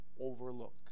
overlook